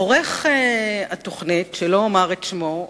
עורך התוכנית, שלא אומר את שמו,